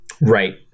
Right